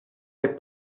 les